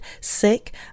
sick